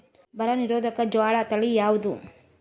ಬರ ನಿರೋಧಕ ಜೋಳ ತಳಿ ಯಾವುದು?